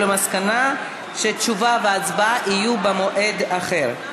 למסקנה שתשובה והצבעה יהיו במועד אחר.